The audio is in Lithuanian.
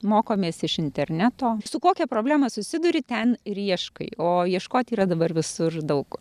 mokomės iš interneto su kokia problema susiduri ten ir ieškai o ieškoti yra dabar visur daug kur